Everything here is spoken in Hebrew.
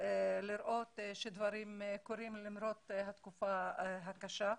לראות שדברים קורים למרות התקופה הקשה.